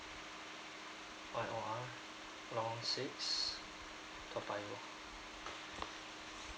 L O R lorong six toa payoh